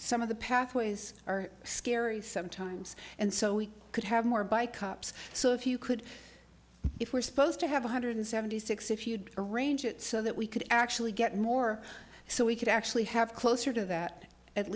some of the pathways are scary sometimes and so we could have more by cops so if you could if we're supposed to have one hundred seventy six if you'd arrange it so that we could actually get more so we could actually have closer to that at